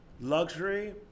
Luxury